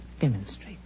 demonstrate